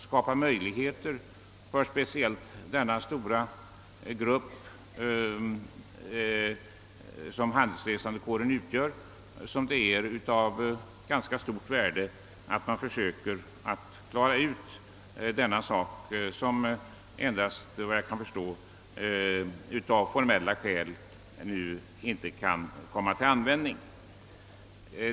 Speciellt för den stora gruppen handelsresande är det av stort värde att försöka klara ut dessa problem, och såvitt jag förstår är det endast formella skäl som gör att man inte kan använda samma tillvägagångssätt.